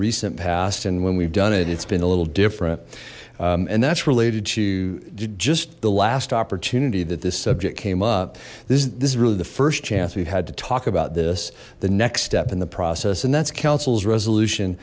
past and when we've done it it's been a little different and that's related to just the last opportunity that this subject came up this is this is really the first chance we've had to talk about this the next step in the process and that's councils resolution